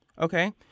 Okay